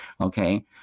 Okay